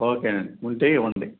ఓకేనండి ఉంటే ఇవ్వండి